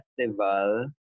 festival